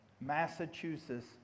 Massachusetts